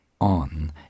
on